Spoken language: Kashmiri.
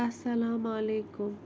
اَسلام علیکُم